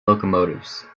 locomotives